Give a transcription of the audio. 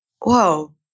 whoa